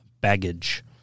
baggage